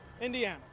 Indiana